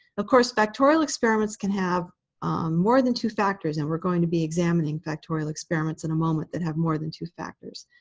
of course, factorial experiments can have more than two factors. and we're going to be examining factorial experiments in a moment that have more than two factors.